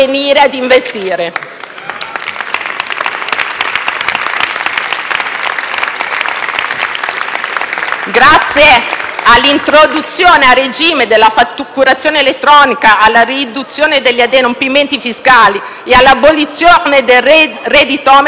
Grazie all'introduzione a regime della fatturazione elettronica, alla riduzione degli adempimenti fiscali e all'abolizione del redditometro si attuerà quella semplificazione di cui tanto si parla